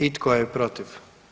I tko je protiv?